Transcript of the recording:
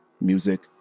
Music